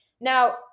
Now